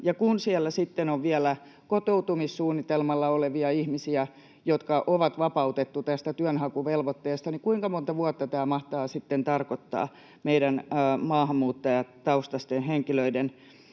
kun siellä sitten on vielä kotoutumissuunnitelmalla olevia ihmisiä, jotka on vapautettu tästä työnhakuvelvoitteesta, niin kuinka monta vuotta tämä mahtaa tarkoittaa meidän maahanmuuttajataustaisten henkilöiden